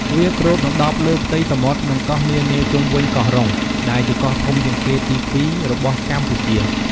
វាគ្របដណ្តប់លើផ្ទៃសមុទ្រ និងកោះនានាជុំវិញកោះរុង ដែលជាកោះធំជាងគេទីពីររបស់កម្ពុជា។